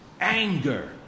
anger